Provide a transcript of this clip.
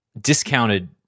discounted